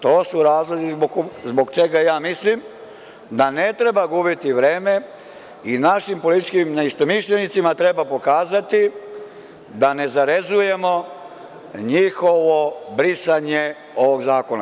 To su razlozi zbog čega ja mislim da ne treba gubiti vreme i našim političkim neistomišljenicima treba pokazati da ne zarezujemo njihovo brisanje ovog zakona.